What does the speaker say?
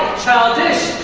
childish,